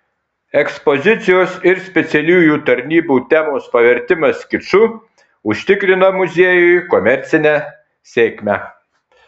ekspozicijos ir specialiųjų tarnybų temos pavertimas kiču užtikrina muziejui komercinę sėkmę